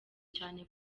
cyane